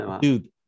dude